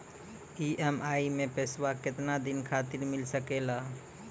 EMI मैं पैसवा केतना दिन खातिर मिल सके ला?